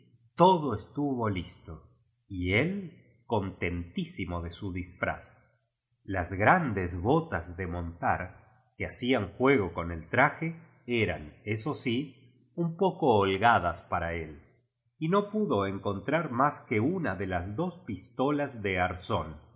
todo estuvo listo y él contentísimo de su disfraz las grandes botas de montar que hacían juego con el traje eran eso sí un poco hol gadas para él y no pudo encontrar máa que una de las dos pistolas de arzón